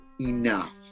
enough